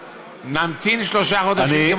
שנמתין שלושה חודשים כמו שאמר,